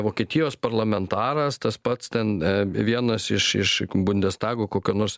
vokietijos parlamentaras tas pats ten vienas iš iš bundestago kokio nors